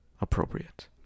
appropriate